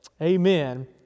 Amen